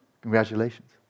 Congratulations